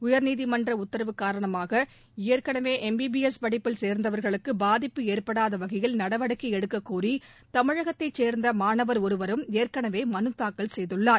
உயர்நீதிமன்ற உத்தரவு காரணமாக ஏற்கனவே எம் பி பி எஸ் படிப்பில் சேர்ந்தவர்களுக்கு பாதிப்பு ஏற்படாத வகையில் நடவடிக்கை எடுக்கக்கோரி தமிழகத்தைச் சேர்ந்த மாணவர் ஒருவரும் எற்கனவே மனுதாக்கல் செய்துள்ளார்